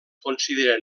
consideren